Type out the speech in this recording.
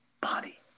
body